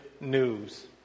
news